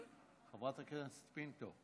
חברת הכנסת פינטו.